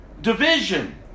division